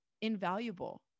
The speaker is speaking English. invaluable